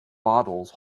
bottles